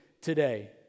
today